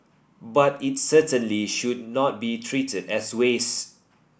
but it certainly should not be treated as waste